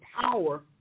power